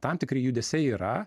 tam tikri judesiai yra